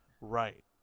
Right